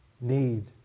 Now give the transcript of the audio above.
need